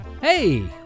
Hey